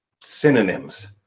synonyms